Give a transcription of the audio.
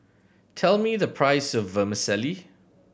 tell me the price of Vermicelli